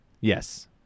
yes